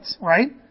right